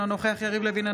אינו נוכח יריב לוין,